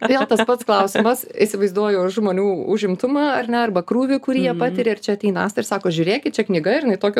vėl tas pats klausimas įsivaizduoju žmonių užimtumą ar ne arba krūvį kurį jie patiria ir čia ateina asta ir sako žiūrėkit čia knyga ir jinai tokio